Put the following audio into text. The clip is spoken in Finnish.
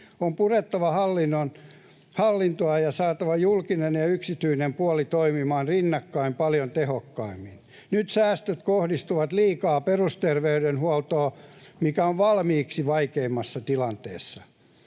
On purettava hallintoa ja saatava julkinen ja yksityinen puoli toimimaan rinnakkain paljon tehokkaammin. Nyt säästöt kohdistuvat liikaa perusterveydenhuoltoon, mikä on valmiiksi vaikeimmassa tilanteessa.